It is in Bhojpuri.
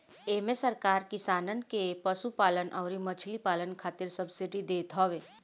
इमे सरकार किसानन के पशुपालन अउरी मछरी पालन खातिर सब्सिडी देत हवे